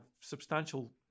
substantial